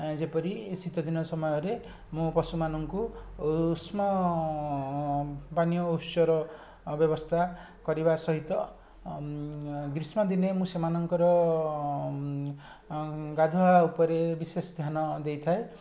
ଏଁ ଯେପରି ଶୀତଦିନ ସମୟରେ ମୁଁ ପଶୁମାନଙ୍କୁ ଉଷ୍ମ ପାନୀୟ ଉତ୍ସର ଆ ବ୍ୟବସ୍ଥା କରିବା ସହିତ ଗ୍ରୀଷ୍ମଦିନେ ମୁଁ ସେମାନଙ୍କର ଗାଧୁଆ ଉପରେ ବିଶେଷ ଧ୍ୟାନ ଦେଇଥାଏ